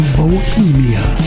bohemia